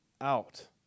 out